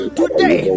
today